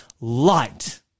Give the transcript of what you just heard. light